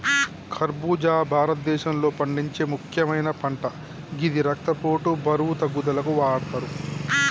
ఖర్బుజా భారతదేశంలో పండించే ముక్యమైన పంట గిది రక్తపోటు, బరువు తగ్గుదలకు వాడతరు